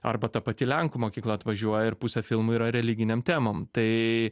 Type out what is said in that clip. arba ta pati lenkų mokykla atvažiuoja ir pusę filmų yra religinėm temom tai